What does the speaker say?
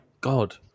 God